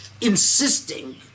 insisting